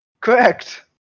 Correct